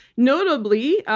notably,